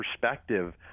perspective